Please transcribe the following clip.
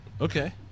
Okay